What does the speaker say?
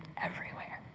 everywhere